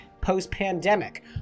post-pandemic